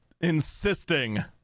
insisting